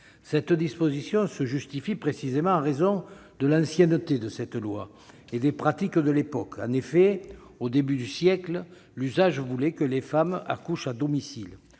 Cette disposition se justifie précisément en raison de l'ancienneté de cette loi et des pratiques de l'époque. En effet, au début du XX siècle, l'usage voulait que les femmes accouchent à domicile.